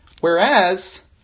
Whereas